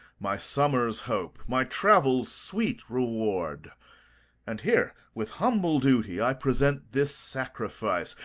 my summer's hope, my travels' sweet reward and here, with humble duty, i present this sacrifice,